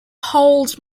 holds